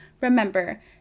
Remember